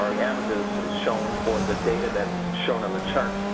um the average is shown for the data that's shown on the chart.